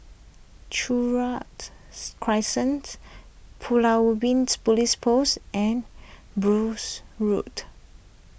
Crescent Pulau Ubin Police Post and Road